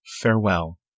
Farewell